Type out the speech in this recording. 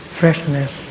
freshness